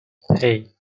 hey